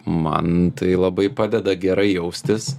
man tai labai padeda gerai jaustis